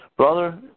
Brother